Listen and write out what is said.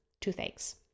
toothaches